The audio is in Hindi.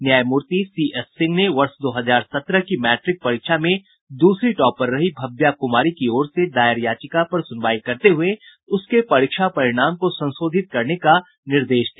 न्यायमूर्ति सी एस सिंह ने वर्ष दो हजार सत्रह की मैट्रिक परीक्षा में दूसरी टॉपर रही भव्या कुमारी की ओर से दायर याचिका पर सुनवाई करते हुये उसके परीक्षा परिणाम को संशोधित करने का निर्देश दिया